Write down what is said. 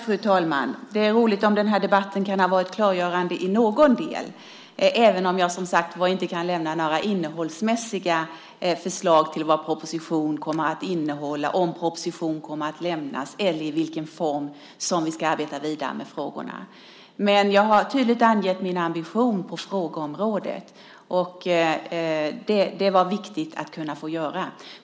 Fru talman! Det är roligt om den här debatten har varit klargörande i någon del, även om jag som sagt var inte kan lämna några förslag till vad en proposition kommer att innehålla, om en proposition kommer lämnas eller i vilken form som vi ska arbeta vidare med frågorna. Men jag har tydligt angett min ambition på frågeområdet. Det var viktigt att kunna få göra det.